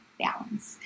balance